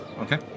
Okay